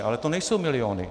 Ale to nejsou miliony.